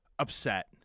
upset